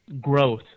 Growth